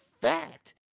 fact